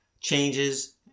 changes